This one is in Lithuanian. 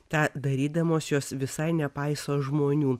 tą darydamos jos visai nepaiso žmonių